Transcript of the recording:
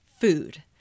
food